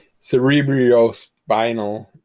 cerebrospinal